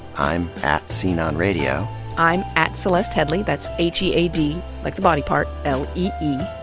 i'm at sceneonradio. i'm at celesteheadlee, that's h e a d, like the body part, l e e.